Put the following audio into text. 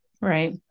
Right